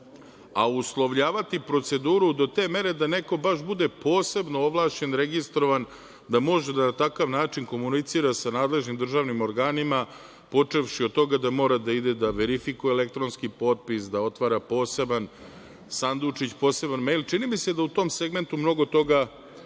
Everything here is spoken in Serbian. a uslovljavati proceduru do te mere da neko baš bude posebno ovlašćen registrovan, da može da na takav način komunicira sa nadležnim državnim organima, počevši od toga da mora da ide da verifikuje elektronski potpis, da otvara poseban sandučić, poseban mejl čini mi se da u tom segmentu mnogo toga može da